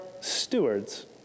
stewards